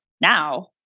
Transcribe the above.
now